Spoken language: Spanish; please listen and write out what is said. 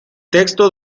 texto